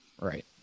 Right